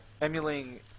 emulating